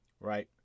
right